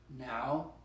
now